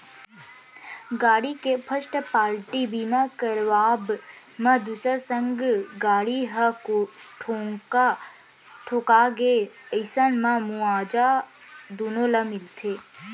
गाड़ी के first party बीमा करवाब म दूसर संग गाड़ी ह ठोंका गे अइसन म मुवाजा दुनो ल मिलथे